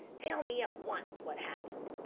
tell me at once what happened.